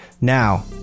Now